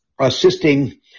assisting